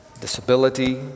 disability